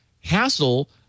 hassle